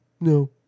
no